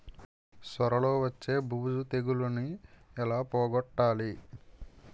సొర లో వచ్చే బూజు తెగులని ఏల పోగొట్టాలి?